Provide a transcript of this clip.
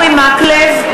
(קוראת בשמות חברי הכנסת) אורי מקלב,